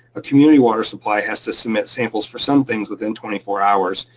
a community water supply has to submit samples for some things within twenty four hours,